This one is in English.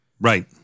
Right